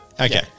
Okay